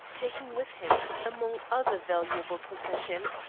taking with him, among other valuable possessions,